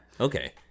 Okay